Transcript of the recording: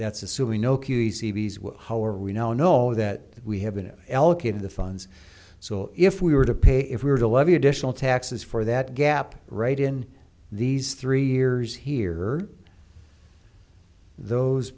that's assuming no q how are we now know that we haven't it allocated the funds so if we were to pay if we were to levy additional taxes for that gap right in these three years here those